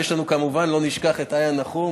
ולא נשכח כמובן את איה נחום,